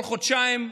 כל חודשיים.